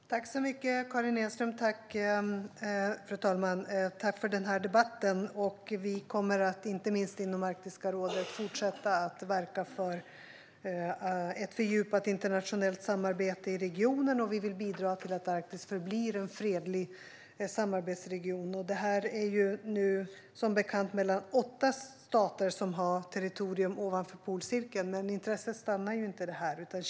Fru talman! Tack, Karin Enström, för den här debatten! Inte minst inom Arktiska rådet kommer vi att fortsätta verka för ett fördjupat internationellt samarbete i regionen. Vi vill bidra till att Arktis förblir en fredlig samarbetsregion. Som bekant är det åtta stater som har territorium ovanför polcirkeln, men intresset för området stannar inte där.